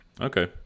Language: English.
Okay